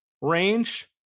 range